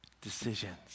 decisions